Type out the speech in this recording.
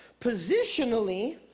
Positionally